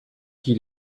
qui